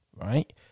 right